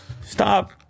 Stop